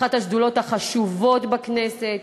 זו אחת השדולות החשובות בכנסת,